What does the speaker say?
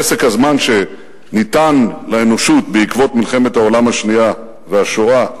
פסק הזמן שניתן לאנושות בעקבות מלחמת העולם השנייה והשואה,